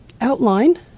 outline